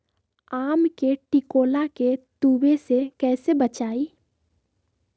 आम के टिकोला के तुवे से कैसे बचाई?